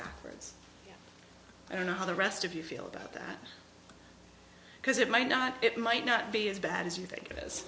backwards i don't know how the rest of you feel about that because it might not it might not be as bad as you think it is